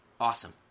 Awesome